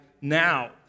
now